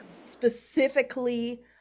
specifically